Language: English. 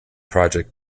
project